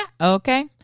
Okay